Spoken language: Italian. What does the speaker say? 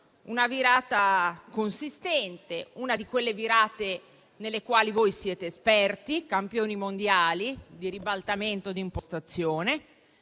una virata consistente, una di quelle virate nelle quali voi siete esperti, campioni mondiali di ribaltamento di impostazione,